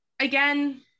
again